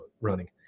running